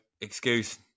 excuse